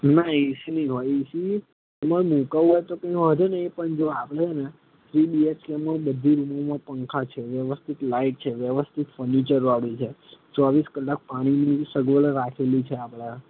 ના એસી નહીં હોય એસી એમા મુકાવવું હોય પણ વાંધો નહીં પણ જો આપણે છેને થ્રી બીએચકેમાં બધી રૂમોમાં પંખા છે વ્યવસ્થિત લાઇટ છે વ્યવસ્થિત ફર્નિચરવાળું છે ચોવીસ કલાક પાણીની સગવડ રાખેલી છે આપણે